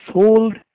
sold